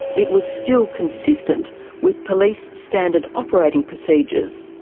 it was still consistent with police standard operating procedures.